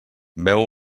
beu